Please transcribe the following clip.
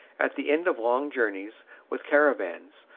at the end of long journeys with caravans,